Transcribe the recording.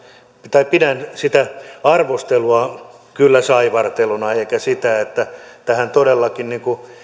pidän kyllä sitä arvostelua saivarteluna enkä sitä että todellakin tähän